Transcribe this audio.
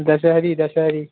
Dasheri Dasheri